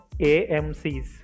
AMCs